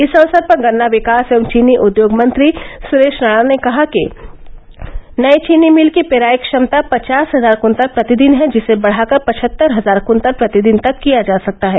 इस अवसर पर गन्ना विकास एवं चीनी उद्योग मंत्री सुरेश राणा ने कहा कि नई चीनी मिल की पेराई क्षमता पवास हजार कुंतल प्रतिदिन है जिसे बढ़ाकर पचहत्तर हजार कुंतल प्रतिदिन तक किया जा सकता है